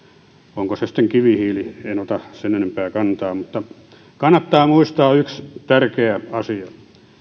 onko se sitten kivihiili en ota sen enempää kantaa mutta kannattaa muistaa yksi tärkeä asia